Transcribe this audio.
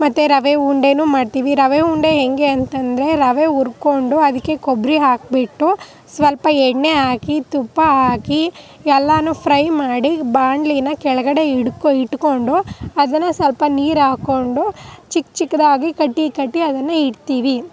ಮತ್ತೆ ರವೆ ಉಂಡೆನೂ ಮಾಡ್ತೀವಿ ರವೆ ಉಂಡೆ ಹೇಗೆ ಅಂತ ಅಂದ್ರೆ ರವೆ ಉರ್ಕೊಂಡು ಅದಕ್ಕೆ ಕೊಬ್ಬರಿ ಹಾಕಿಬಿಟ್ಟು ಸ್ವಲ್ಪ ಎಣ್ಣೆ ಹಾಕಿ ತುಪ್ಪ ಹಾಕಿ ಎಲ್ಲನೂ ಫ್ರೈ ಮಾಡಿ ಬಾಂಣಲಿನ ಕೆಳಗಡೆ ಇಡು ಇಟ್ಕೊಂಡು ಅದನ್ನು ಸ್ವಲ್ಪ ನೀರು ಹಾಕ್ಕೊಂಡು ಚಿಕ್ಕ ಚಿಕ್ಕದಾಗಿ ಕಟ್ಟಿ ಕಟ್ಟಿ ಅದನ್ನು ಇಡ್ತೀವಿ